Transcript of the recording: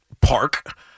park